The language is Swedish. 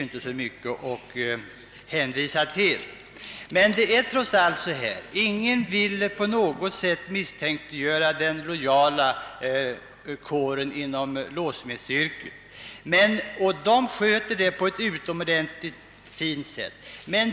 Ingen vill på något sätt misstänkliggöra den lojala kåren inom låssmedsyrket.